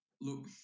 Look